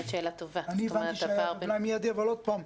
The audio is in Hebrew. אני הבנתי שהיה מלאי מיידי, אבל עוד פעם,